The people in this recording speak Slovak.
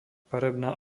farebná